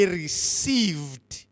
received